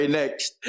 next